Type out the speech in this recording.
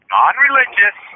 non-religious